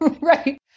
Right